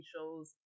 shows